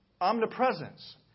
omnipresence